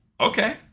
Okay